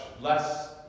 less